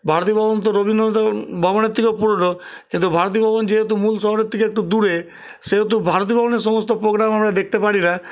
ভারতী ভবন তো রবীন্দ্র ভবনের থেকেও পুরোনো কিন্তু ভারতী ভবন যেহেতু মূল শহরের থেকে একটু দূরে সেহেতু ভারতী ভবনের সমস্ত প্রোগ্রাম আমরা দেখতে পারি না